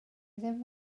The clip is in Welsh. ddim